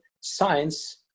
science